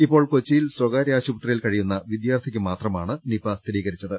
ഇപ്പോൾ കൊച്ചിയിൽ സ്ഥകാര്യ ആശുപത്രിയിൽ കഴി യുന്ന വിദ്യാർത്ഥിക്കു മാത്രമാണ് നിപ സ്ഥിരീകരിച്ചത്